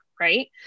right